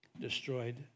destroyed